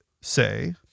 say